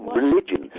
religion